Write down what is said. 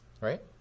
right